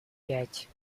пять